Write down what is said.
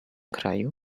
kraju